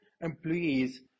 employees